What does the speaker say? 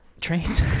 trains